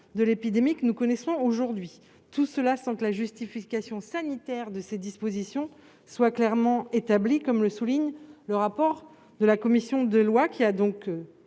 de l'épidémie que nous connaissons aujourd'hui. Par ailleurs, la justification sanitaire de ces dispositions n'a pas été clairement établie, comme le souligne le rapport de la commission de lois, qui a